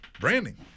Branding